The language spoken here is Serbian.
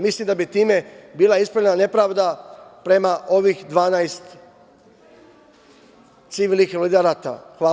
Mislim da bi time bila ispravljena nepravda prema ovih 12 civilnih invalida rata.